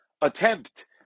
attempt